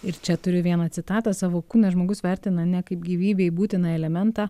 ir čia turiu vieną citatą savo kūną žmogus vertina ne kaip gyvybei būtiną elementą